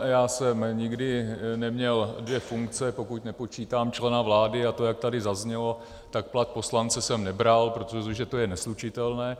Já jsem nikdy neměl dvě funkce, pokud nepočítám člena vlády, a to, jak tady zaznělo, tak plat poslance jsem nebral, protože to je neslučitelné.